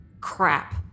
Crap